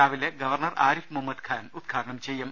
രാവിലെ ഗവർണർ ആരിഫ് മുഹമ്മദ് ഖാൻ ഉദ് ഘാടനം ചെയ്യും